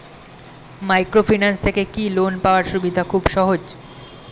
Microfinance থেকে কি loan পাওয়ার সুবিধা খুব সহজ?